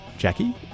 Jackie